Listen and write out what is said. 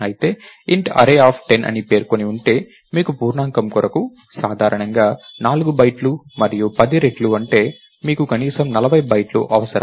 అయితే int array10 అని పేర్కొని ఉంటే మీకు పూర్ణాంకం కొరకు సాధారణంగా 4 బైట్లు మరియు దానికి 10 రెట్లు అంటే మీకు కనీసం 40 బైట్లు అవసరం